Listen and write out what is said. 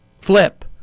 flip